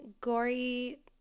gory